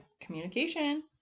communication